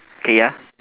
K ya